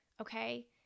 okay